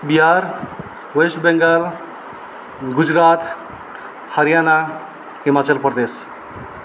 Bihar West Bengal Gujarat Haryana Himachal Pradesh